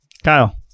Kyle